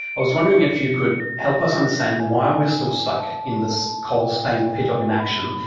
i was wondering if you could help us understand why we're still stuck in this coal-stained pit of inaction.